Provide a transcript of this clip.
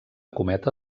cometa